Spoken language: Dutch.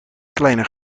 kleiner